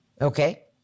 okay